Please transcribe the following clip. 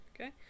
Okay